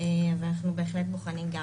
ואנחנו בהחלט בוחנים.